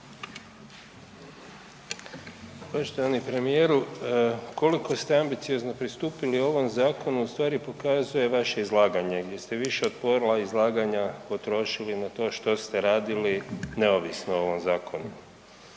Poštovani premijeru, koliko ste ambiciozno pristupili ovom zakonu u stvari pokazuje vaše izlaganje gdje ste više od pola izlaganja potrošili na to što ste radili neovisno o ovom zakonu,